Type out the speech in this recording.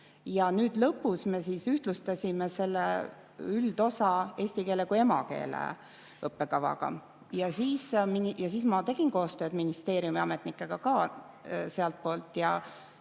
Nüüd lõpus me ühtlustasime selle üldosa eesti keele kui emakeele õppekavaga. Ja siis ma tegin koostööd ministeeriumi ametnikega ja saingi